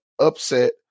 upset